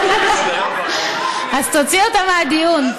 אז תוציא אותם מהדיון.